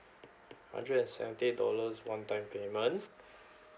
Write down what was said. hundred and seventy eight dollars one time payment